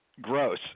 gross